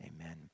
amen